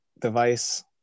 device